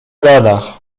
gadach